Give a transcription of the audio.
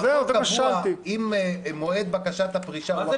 בחוק קבוע אם מועד בקשת הפרישה הוא לא קובע?